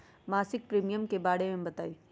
मासिक प्रीमियम के बारे मे बताई?